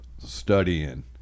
studying